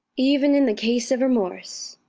even in the case of remorse.